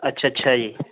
ਅੱਛਾ ਅੱਛਾ ਜੀ